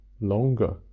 longer